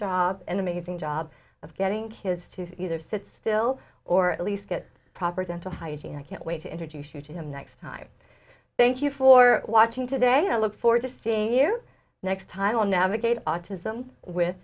job an amazing job of getting his to either sit still or at least get proper dental hygiene i can't wait to introduce you to him next time thank you for watching today i look forward to seeing you next time on navigate autism with